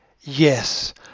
Yes